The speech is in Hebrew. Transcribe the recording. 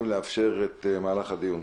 זה חוק משמעותי,